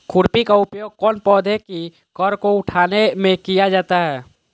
खुरपी का उपयोग कौन पौधे की कर को उठाने में किया जाता है?